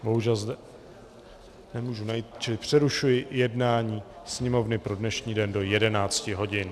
Bohužel nemůžu najít, čili přerušuji jednání Sněmovny pro dnešní den do 11 hodin.